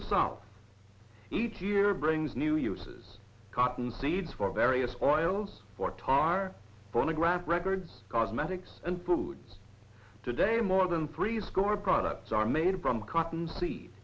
the south each year brings new uses cotton seeds for various soils for tar phonograph records cosmetics and food today more than freeze core products are made from cotton se